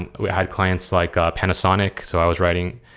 and had clients like ah panasonic. so i was writing,